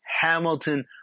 Hamilton